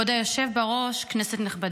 כבוד היושב-ראש, כנסת נכבדה,